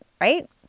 right